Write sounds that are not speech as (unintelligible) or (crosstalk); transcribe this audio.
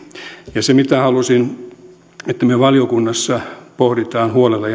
haluaisin että me valiokunnassa pohdimme huolella (unintelligible)